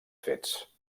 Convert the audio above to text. fets